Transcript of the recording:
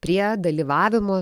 prie dalyvavimo